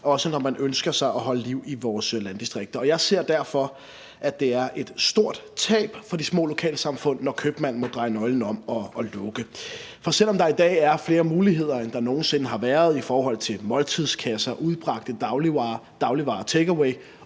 også når man ønsker sig at holde liv i vores landdistrikter. Jeg ser derfor, at det er et stort tab for de små lokalsamfund, når købmanden må dreje nøglen om og lukke. For selv om der i dag er flere muligheder, end der nogen sinde har været, i forhold til måltidskasser, udbragte dagligvarer og takeaway,